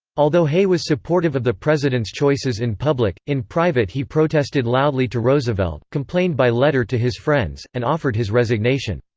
although hay was supportive of the president's choices in public, in private he protested loudly to roosevelt, complained by letter to his friends, and offered his resignation.